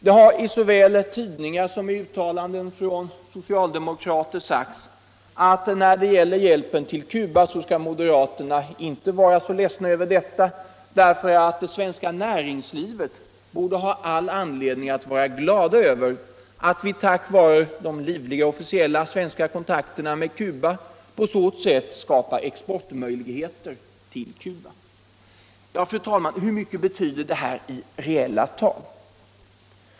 Det har i såväl tidningar som uttalanden från socialdemokrater hävdats alt vi moderater inte skall vara så ledsna över hjälpen till Cuba därför att det svenska näringslivet borde ha all anledning att känna glädje över att vi tack vare de livliga officiella svenska kontakterna med Cuba skapar exportmöjligheter till Cuba. Hur mycket betyder detta i reella tal?